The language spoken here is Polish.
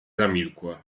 zamilkła